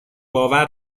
باور